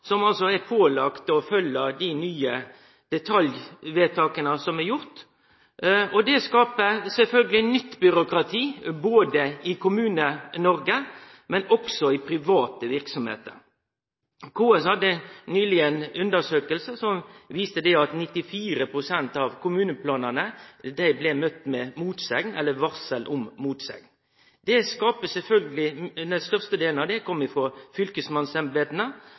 som er pålagde å følgje dei nye detaljvedtaka som er gjorde. Det skapar sjølvsagt nytt byråkrati, både i Kommune-Noreg og i private verksemder. KS hadde nyleg ei undersøking som viste at 94 pst. av kommuneplanane blei møtte med motsegn eller varsel om motsegn. Det